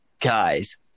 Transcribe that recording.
guys